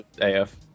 AF